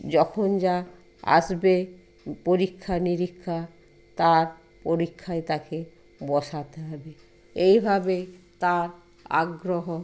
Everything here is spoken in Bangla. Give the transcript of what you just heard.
যখন যা আসবে পরীক্ষা নিরীক্ষা তার পরীক্ষায় তাকে বসাতে হবে এইভাবে তার আগ্রহ